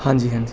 ਹਾਂਜੀ ਹਾਂਜੀ